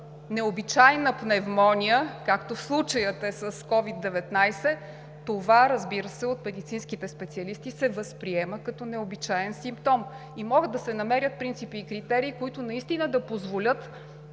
необичайна пневмония, както в случая е с COVID-19, това, разбира се, от медицинските специалисти се възприема като необичаен симптом и могат да се намерят принципи и критерии, които наистина да позволят